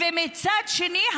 ומצד שני,